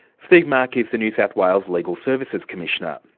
steve mark is the new south wales legal services commissioner.